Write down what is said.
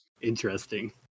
interesting